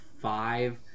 five